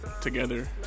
together